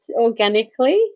organically